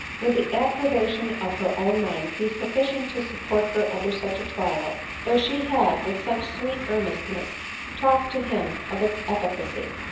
would the approbation of her own mind be sufficient to support her under such a trial, though she had with such sweet ear nestness talked to him of its efficacy!